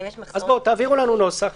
תעבירו לנו נוסח.